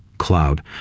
cloud